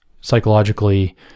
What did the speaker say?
psychologically